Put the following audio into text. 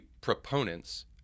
proponents